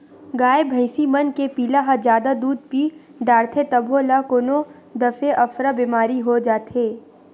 गाय भइसी मन के पिला ह जादा दूद पीय डारथे तभो ल कोनो दफे अफरा बेमारी हो जाथे